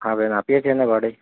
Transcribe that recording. હા બેન આપીએ છીએ ને ભાડે